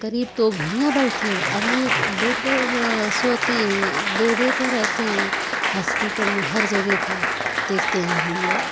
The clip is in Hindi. गरीब तो हियाँ बैठें है अमीर तो बेड सोते हैं बेडे पर ही रहते हैं हॉस्पिटल में हर जगह पर देखते हैं हम लोग